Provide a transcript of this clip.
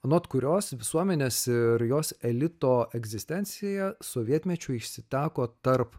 anot kurios visuomenės ir jos elito egzistencija sovietmečiu išsiteko tarp